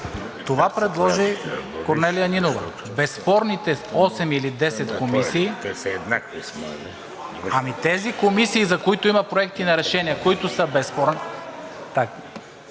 това предложи Корнелия Нинова – безспорните 8 или 10 комисии... (Реплики от ГЕРБ-СДС.) Ами тези комисии, за които има проекти на решение, които са безспорни...